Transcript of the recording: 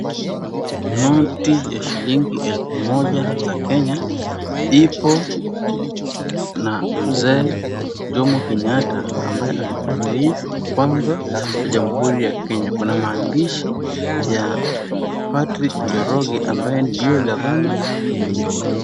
Noti ya shilingi elfu moja za Kenya ipo na Mzee Jomo Kenyatta ambaye alikuwa rais wa kwanza wa jamhuri ya Kenya. Kuna maandishi ya Patrick Njoroge ambaye ndio gavana wa benki kuu.